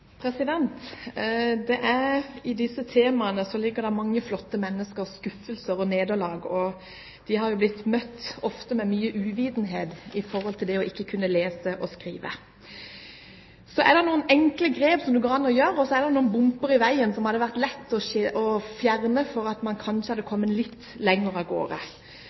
nederlag, mennesker som ofte er blitt møtt med mye uvitenhet med hensyn til det å ikke kunne lese og skrive. Noen enkle grep går det an å gjøre, og noen dumper i veien hadde det vært lett å fjerne, slik at man kanskje kunne kommet litt lenger av